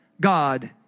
God